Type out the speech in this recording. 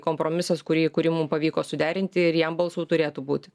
kompromisas kurį kurį mum pavyko suderinti ir jam balsų turėtų būti